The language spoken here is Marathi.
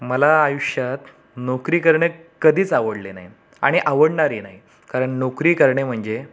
मला आयुष्यात नोकरी करणे कधीच आवडले नाही आणि आवडणारही नाही कारण नोकरी करणे म्हणजे